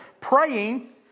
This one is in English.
praying